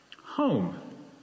home